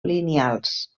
lineals